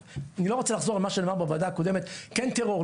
אני לא רוצה לחזור על מה שנאמר בוועדה הקודמת כן טרור,